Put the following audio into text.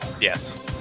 Yes